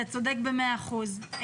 אתה צודק במאה אחוז,